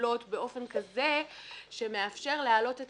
מתקבלות באופן כזה שמאפשר להעלות את